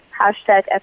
hashtag